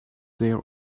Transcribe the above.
their